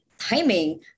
timing